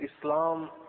Islam